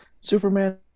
Superman